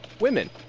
women